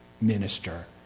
minister